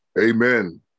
amen